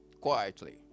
Quietly